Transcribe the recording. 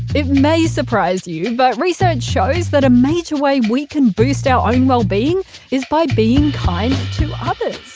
it may surprise you, but research shows that a major way we can boost our own well-being is by being kind to others.